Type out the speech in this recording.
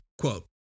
quote